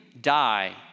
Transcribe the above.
die